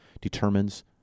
determines